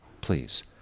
please